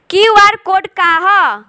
QR code का ह?